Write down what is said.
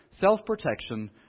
self-protection